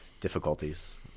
difficulties